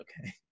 okay